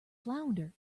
flounder